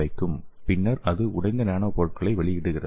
பின்னர் அது உடைந்த நானோ பொருட்களை வெளியிடுகிறது